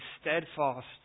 steadfast